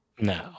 No